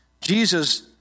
Jesus